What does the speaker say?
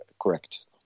correct